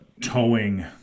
towing